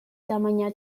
tamaina